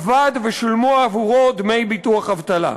עבד ושולמו עבורו דמי ביטוח אבטלה.